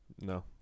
No